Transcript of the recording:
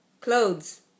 clothes